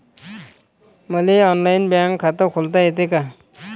मले online bank खात खोलता येते का?